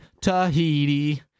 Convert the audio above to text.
Tahiti